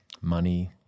money